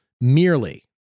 merely